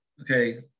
okay